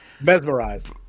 Mesmerized